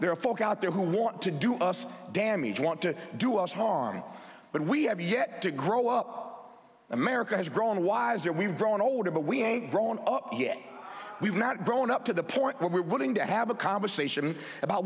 there are folk out there who want to do us damage want to do us harm but we have yet to grow up america has grown wiser we've grown older but we ain't grown up here we've not grown up to the point where we're willing to have a conversation about